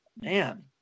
Man